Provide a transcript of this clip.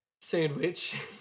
Sandwich